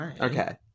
Okay